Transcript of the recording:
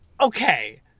Okay